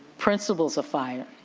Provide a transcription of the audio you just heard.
principals are fired.